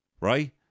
right